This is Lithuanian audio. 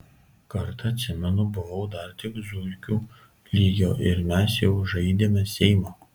kartą atsimenu buvau dar tik zuikių lygio ir mes jau žaidėme seimą